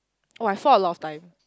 oh I fall a lot of time